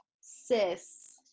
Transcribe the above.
sis